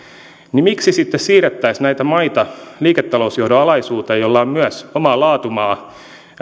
niin miksi sitten siirrettäisiin näitä maita liiketalousjohdon alaisuuteen jolla on myös oma laatumaa